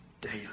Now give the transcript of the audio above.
daily